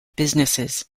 businesses